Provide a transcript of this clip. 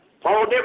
Paul